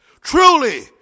truly